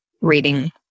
reading